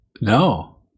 No